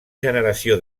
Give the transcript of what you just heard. generació